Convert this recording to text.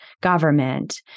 government